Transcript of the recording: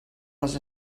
les